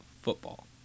football